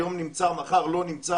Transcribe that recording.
היום נמצא ומחר לא נמצא,